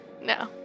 No